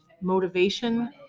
motivation